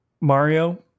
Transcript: Mario